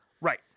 Right